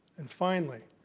and finally,